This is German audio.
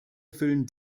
erfüllen